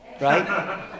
right